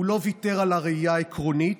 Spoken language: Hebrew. הוא לא ויתר על הראייה העקרונית,